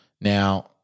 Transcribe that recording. Now